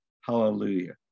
hallelujah